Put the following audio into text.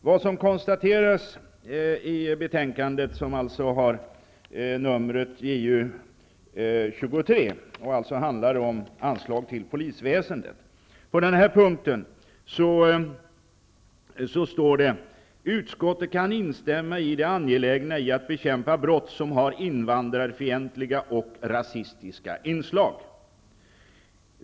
Vad som på denna punkt konstateras i betänkandet, som alltså är JuU 23 och handlar om anslag till polisväsendet, är att: ''Utskottet kan instämma i det angelägna i att bekämpa brott som har invandrarfientliga och rasistiska inslag.''